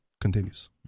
continues